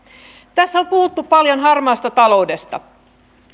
tässä on puhuttu paljon harmaasta taloudesta